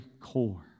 core